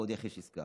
ועוד איך יש עסקה.